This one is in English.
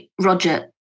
Roger